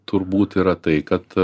turbūt yra tai kad